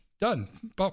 done